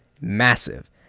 massive